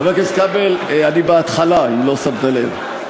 חבר הכנסת כבל, אני בהתחלה, אם לא שמת לב.